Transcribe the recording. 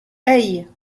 hey